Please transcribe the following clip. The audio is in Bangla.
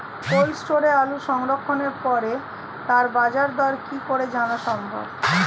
কোল্ড স্টোরে আলু সংরক্ষণের পরে তার বাজারদর কি করে জানা সম্ভব?